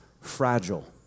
fragile